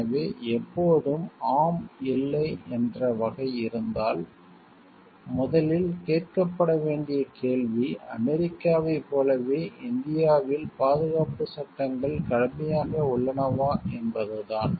எனவே எப்போதும் ஆம்இல்லை என்ற வகை இருந்தால் முதலில் கேட்கப்பட வேண்டிய கேள்வி அமெரிக்காவைப் போலவே இந்தியாவில் பாதுகாப்புச் சட்டங்கள் கடுமையாக உள்ளனவா என்பதுதான்